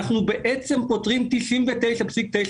אני יודע שאחרים כתבו על זה יותר ממני,